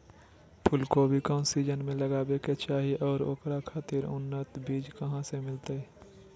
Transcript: फूलगोभी कौन सीजन में लगावे के चाही और ओकरा खातिर उन्नत बिज कहा से मिलते?